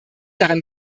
daran